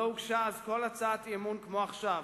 לא הוגשה אז כל הצעת אי-אמון כמו עכשיו.